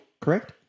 correct